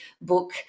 book